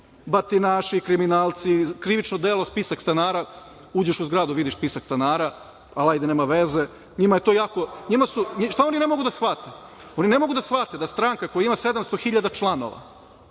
batinaši, kriminalci, krivično delo, spisak stanara, uđeš u zgradu vidiš spisak stanara, ali hajde nema veze. Šta oni ne mogu da shvate? Oni ne mogu da shvate da stranka koja ima 700.000 članova